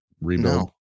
rebuild